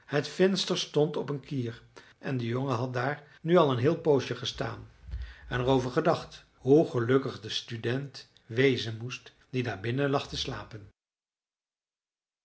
het venster stond op een kier en de jongen had daar nu al een heel poosje gestaan en er over gedacht hoe gelukkig de student wezen moest die daar binnen lag te slapen